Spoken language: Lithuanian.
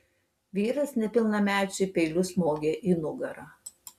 vyras nepilnamečiui peiliu smogė į nugarą